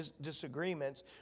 disagreements